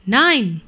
nine